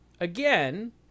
again